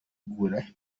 kubigura